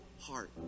heart